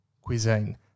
Cuisine